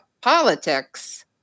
politics